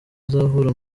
azahura